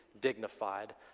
dignified